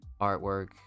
artwork